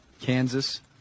Kansas